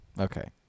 Okay